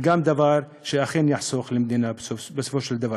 וזה גם דבר שאכן יחסוך למדינה בסופו של דבר.